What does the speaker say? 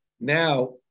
now